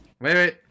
wait